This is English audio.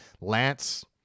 Lance